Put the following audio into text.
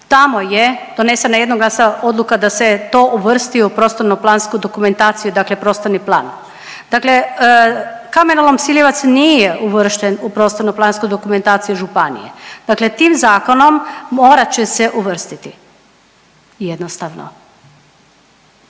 Tamo je donesena jednoglasna odluka da se to uvrsti u prostorno-plansku dokumentaciju, dakle prostorni plan. Dakle, kamenolom Smiljevac nije uvršten u prostorno-plansku dokumentaciju. Dakle, tim zakonom morat će se uvrstiti jednostavno.